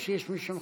או שיש מי שמחכה.